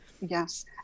Yes